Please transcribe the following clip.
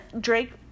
Drake